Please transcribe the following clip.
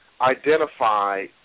identify